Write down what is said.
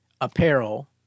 apparel